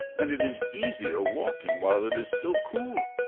and it is easier walking while it is still cool.